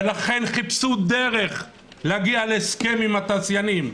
ולכן חיפשו דרך להגיע להסכם עם התעשיינים.